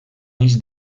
eix